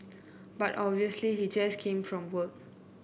but obviously he just came from work